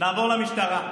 נעבור למשטרה: